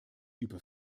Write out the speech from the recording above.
über